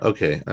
Okay